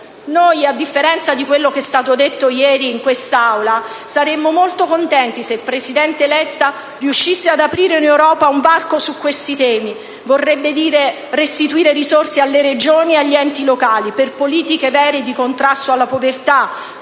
Noi, a differenza di quanto è stato detto ieri in questa Aula, saremmo molto contenti se il presidente Letta riuscisse ad aprire in Europa un varco su questi temi: vorrebbe dire restituire risorse alle Regioni e agli enti locali per politiche vere di contrasto alla povertà,